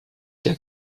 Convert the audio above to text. der